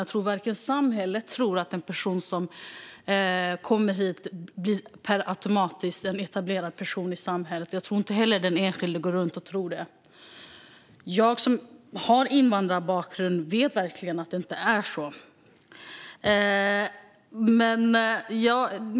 Jag tror inte att man i samhället tror att en person som kommer hit per automatik blir en etablerad person i samhället, och jag tror inte heller den enskilde går runt och tror det. Jag som har invandrarbakgrund vet verkligen att det inte är så.